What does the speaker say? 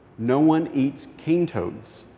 no one eats cane toads.